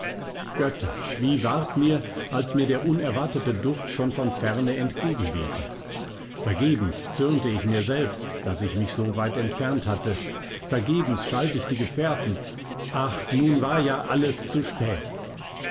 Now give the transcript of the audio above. götter wie ward mir als mir der unerwartete duft schon von ferne entgegenwehte vergebens zürnte ich mir selbst daß ich mich so weit entfernt hatte vergebens schalt ich die gefährten ach nun war ja alles zu spät